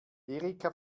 erika